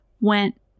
went